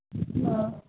ஆ